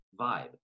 vibe